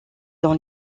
dans